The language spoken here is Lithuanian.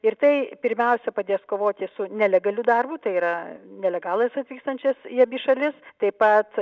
ir tai pirmiausia padės kovoti su nelegaliu darbu tai yra nelegalais atvykstančias į abi šalis taip pat